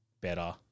better